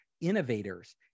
innovators